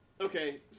Okay